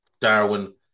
Darwin